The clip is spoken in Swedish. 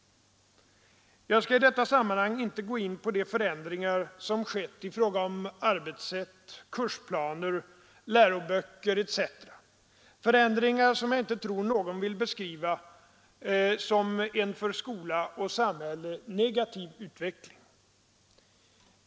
Jag skall i detta sammanhang inte gå in på de förändringar som skett i fråga om arbetssätt, kursplaner, läroböcker etc., förändringar som jag inte tror någon vill beskriva som en för skola och samhälle negativ utveckling.